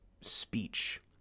speech